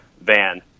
van